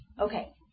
okay